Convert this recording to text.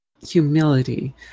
humility